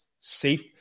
safe